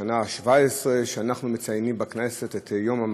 שזו השנה ה-17 שאנחנו מציינים בכנסת את יום המדע,